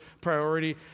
priority